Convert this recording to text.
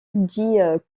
dit